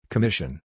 Commission